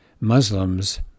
Muslims